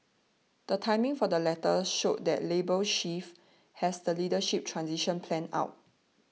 the timing for the letters showed that Labour Chief has the leadership transition planned out